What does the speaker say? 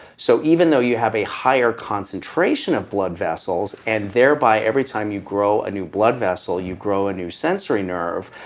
so even though you have a higher concentration of blood vessels and thereby every time you grow a new blood vessel, you grow a new sensory nerve,